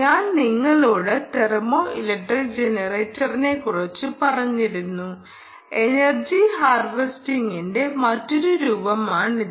ഞാൻ നിങ്ങളോട് thermo electric ജനറേറ്ററിനെ കുറിച്ച് പറഞ്ഞിരുന്നു എനർജി ഹാർവെസ്റ്റിങ്ങിന്റെ മറ്റൊരു രൂപമാണിത്